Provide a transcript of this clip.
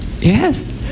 Yes